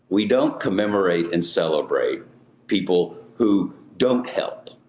we don't commemorate and celebrate people who don't help,